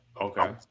Okay